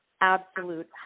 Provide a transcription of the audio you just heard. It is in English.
absolute